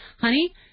Honey